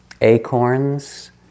acorns